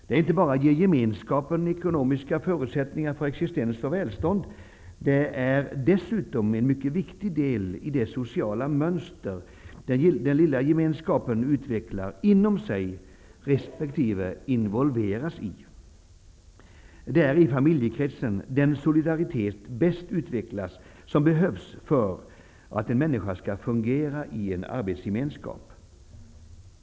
Det inte bara ger gemenskapen ekonomiska förutsättningar för existens och välstånd. Det är dessutom en mycket viktig del i det sociala mönster som den lilla gemenskapen utvecklar inom sig respektive involveras i. Det är i familjekretsen den solidaritet bäst utvecklas som behövs för att en människa skall fungera i en arbetsgemenskap.